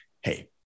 Hey